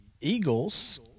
Eagles